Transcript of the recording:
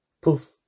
Poof